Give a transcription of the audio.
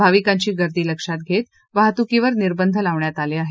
भाविकांची गर्दी लक्षात घेता वाहतुकीवर निर्बंध लावण्यात आले आहेत